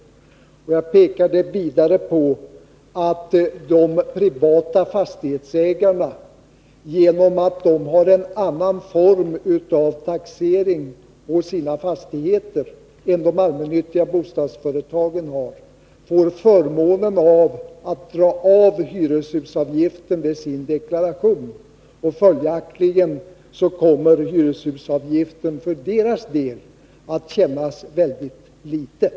Vidare pekade jag på det förhållandet att de privata fastighetsägarna, genom att de har en annan form av taxering på sina fastigheter än de allmännyttiga bostadsföretagen har, får förmånen att kunna dra av hyreshusavgiften i sin deklaration. Följaktligen kommer hyreshusavgiften för deras del att kännas mycket litet.